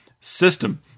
system